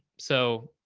so.